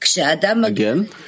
Again